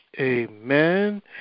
Amen